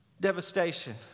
devastation